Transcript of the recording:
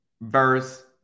verse